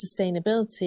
sustainability